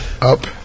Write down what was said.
up